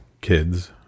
kids